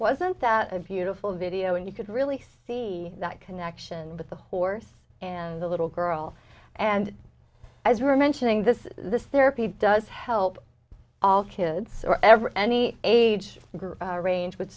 wasn't that a beautiful video and you could really see that connection with the poor and the little girl and as you were mentioning this this therapy does help all kids or ever any age group range with